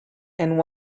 and